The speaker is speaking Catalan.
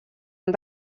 amb